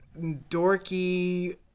dorky